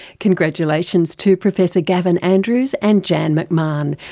congratulations to professor gavin andrews and janne mcmahon,